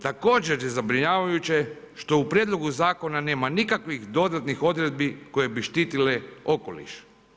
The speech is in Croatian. Također je zabrinjavajuće što u prijedlogu zakona nema nikakvih dodatnih odredbi koje bi štile okoliš.